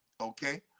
Okay